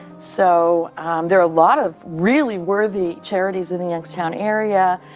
so there are a lot of really worthy charities in the youngstown area.